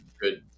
good